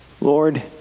Lord